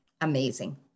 amazing